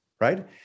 right